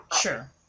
Sure